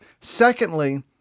Secondly